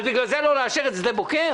בגלל זה לא לאשר את שדה בוקר?